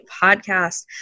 podcast